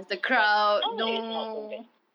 but town is not so bad